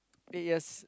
eight years